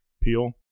peel